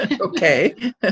okay